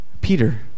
Peter